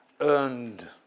earned